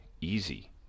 easy